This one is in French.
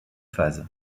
phases